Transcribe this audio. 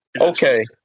Okay